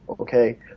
okay